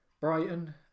Brighton